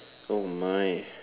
oh mine